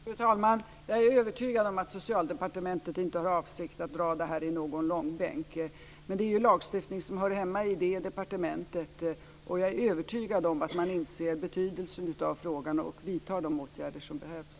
Fru talman! Jag är övertygad om att Socialdepartementet inte har för avsikt att dra detta i någon långbänk. Men det är ju en lagstiftning som hör hemma i det departementet, och jag är övertygad om att man inser betydelsen av frågan och vidtar de åtgärder som behövs.